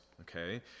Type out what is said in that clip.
okay